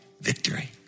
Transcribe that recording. victory